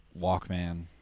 Walkman